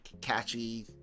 catchy